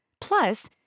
Plus